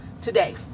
today